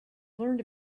learned